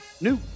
new